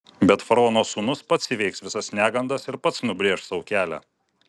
bet faraono sūnus pats įveiks visas negandas ir pats nubrėš sau kelią